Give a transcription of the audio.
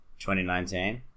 2019